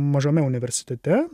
mažame universitete